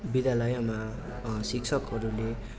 विद्यालयमा शिक्षकहरूले